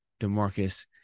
DeMarcus